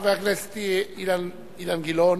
חבר הכנסת אילן גילאון,